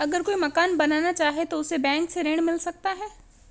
अगर कोई मकान बनाना चाहे तो उसे बैंक से ऋण मिल सकता है?